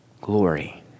Glory